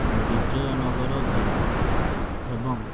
ବିଜୟନଗର ଜିଲ୍ଲା ଏବଂ